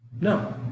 No